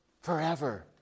forever